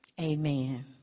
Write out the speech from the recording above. Amen